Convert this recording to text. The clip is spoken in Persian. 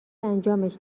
انجامش